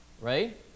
right